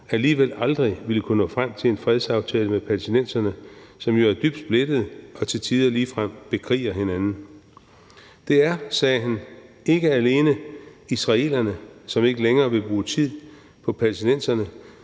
alligevel aldrig ville kunne nå frem til en fredsaftale med palæstinenserne, som jo er dybt splittede og til tider ligefrem bekriger hinanden. Det er, sagde han, ikke alene israelerne, som ikke længere vil bruge tid på palæstinenserne.